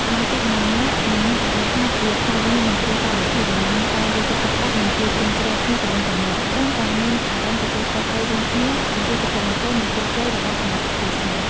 សមាជិកម្នាក់ៗនឹងមានអារម្មណ៍ថាជា ផ្នែកមួយនៃគ្រួសារដ៏ធំ ដែលមានការយកចិត្តទុកដាក់ និងជួយជ្រោមជ្រែងគ្នាទៅវិញទៅមក ព្រមទាំងមាន អារម្មណ៍ទទួលខុសត្រូវរួមគ្នា ចំពោះសុភមង្គល និងជោគជ័យរបស់សមាជិកគ្រួសារ។